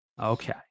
Okay